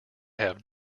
have